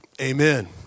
amen